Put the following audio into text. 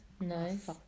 Nice